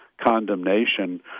condemnation